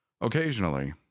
Occasionally